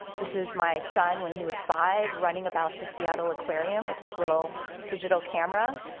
this is my son when he was five, running about the seattle aquarium with his little digital camera,